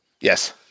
Yes